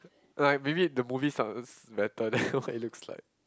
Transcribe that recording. like maybe the movie sounds better than what it looks like